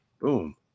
boom